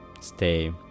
stay